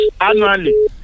annually